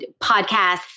podcasts